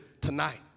tonight